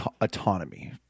autonomy